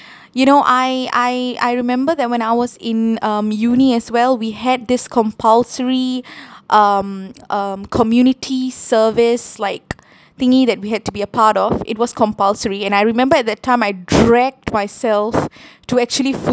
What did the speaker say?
you know I I I remember that when I was in um uni as well we had this compulsory um um community service like thingy that we had to be a part of it was compulsory and I remember at that time I dragged myself to actually